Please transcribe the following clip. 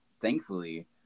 thankfully